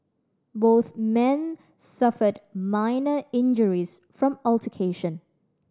both men suffered minor injuries from altercation